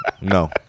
No